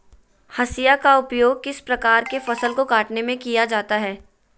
हाशिया का उपयोग किस प्रकार के फसल को कटने में किया जाता है?